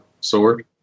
sword